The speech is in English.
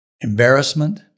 embarrassment